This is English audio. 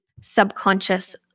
subconscious